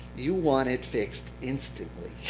you want it fixed instantly.